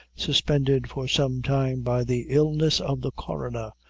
suspended for some time by the illness of the coroner,